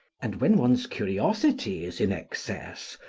and when one's curiosity is in excess,